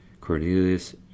Cornelius